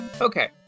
Okay